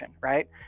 Right